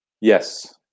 Yes